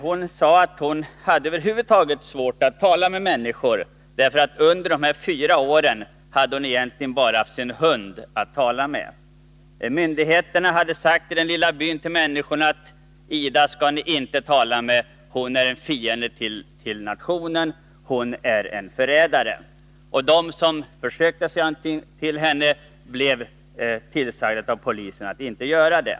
Hon sade att hon över huvud taget hade svårt för att tala med människor, eftersom hon under de här fyra åren egentligen bara haft sin hund att tala med. Myndigheterna hade sagt till människorna i den lilla byn där hon vistades att de inte skulle tala med henne, för hon var en fiende till nationen och en förrädare. De som försökte säga någonting till henne blev tillsagda av polisen att inte göra det.